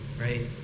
Right